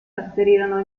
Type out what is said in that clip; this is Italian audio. trasferirono